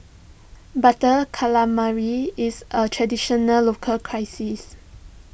Butter Calamari is a traditional local crisis